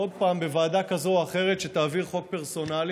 עוד פעם בוועדה כזאת או אחרת שתעביר חוק פרסונלי.